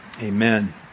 amen